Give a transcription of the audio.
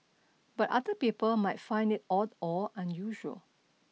but other people might find it odd or unusual